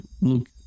look